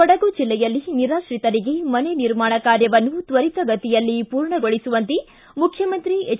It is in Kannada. ಕೊಡಗು ಜಿಲ್ಲೆಯಲ್ಲಿ ನಿರಾತ್ರಿತರಿಗೆ ಮನೆ ನಿರ್ಮಾಣ ಕಾರ್ಯವನ್ನು ತ್ವರಿತಗತಿಯಲ್ಲಿ ಪೂರ್ಣಗೊಳಿಸುವಂತೆ ಮುಖ್ಯಮಂತ್ರಿ ಎಚ್